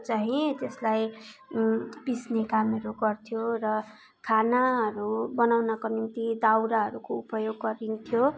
चाहिँ त्यसलाई पिस्ने कामहरू गर्थ्यो र खानाहरू बनाउनको निम्ति दौराहरूको उपयोग गरिन्थ्यो